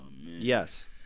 Yes